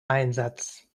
einsatz